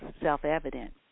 self-evident